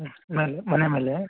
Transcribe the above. ಮೇಲೆ ಮನೆ ಮೇಲೆ